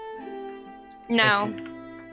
No